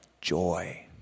Joy